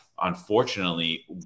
unfortunately